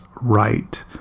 right